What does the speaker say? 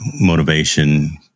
motivation